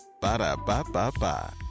Ba-da-ba-ba-ba